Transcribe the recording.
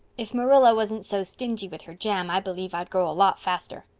if marilla wasn't so stingy with her jam i believe i'd grow a lot faster.